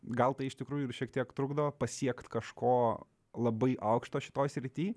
gal tai iš tikrųjų ir šiek tiek trukdo pasiekt kažko labai aukšto šitoj srity